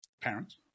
Parents